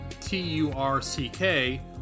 T-U-R-C-K